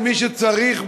למי שצריך,